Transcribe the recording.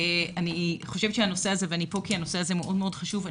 אני פה כי הנושא הזה מאוד מאוד חשוב.